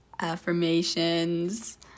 affirmations